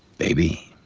baby.